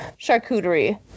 charcuterie